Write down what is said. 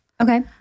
Okay